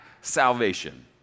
salvation